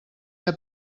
que